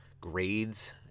grades